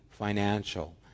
financial